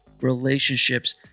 relationships